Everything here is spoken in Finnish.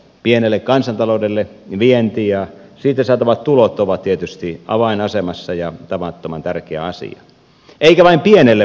pienelle kansantaloudelle vienti ja siitä saatavat tulot ovat tietysti avainasemassa ja tavattoman tärkeä asia eikä vain pienelle